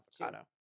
avocado